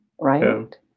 right